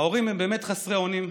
ההורים הם באמת חסרי אונים.